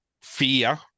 fear